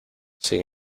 sin